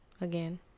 again